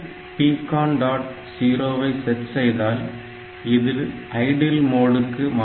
0 ஐ செட் செய்தால் இது ஐடில் மோடுக்கு மாற்றப்படும்